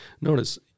Notice